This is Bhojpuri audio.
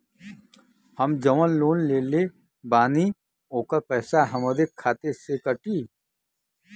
हम जवन लोन लेले बानी होकर पैसा हमरे खाते से कटी?